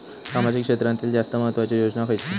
सामाजिक क्षेत्रांतील जास्त महत्त्वाची योजना खयची?